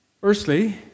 Firstly